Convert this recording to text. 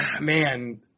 Man